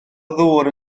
ddŵr